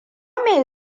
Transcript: me